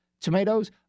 tomatoes